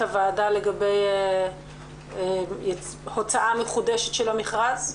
הוועדה לגבי הוצאה מחודשת של המכרז?